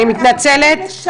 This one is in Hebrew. אני מתנצלת.